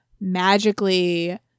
magically